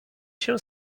się